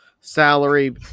salary